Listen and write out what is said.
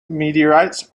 meteorites